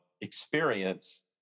experience